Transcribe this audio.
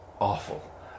awful